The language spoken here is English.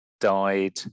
died